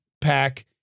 pack